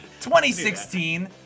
2016